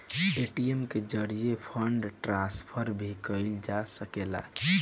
ATM के जरिये fund transfer भी कईल जा सकेला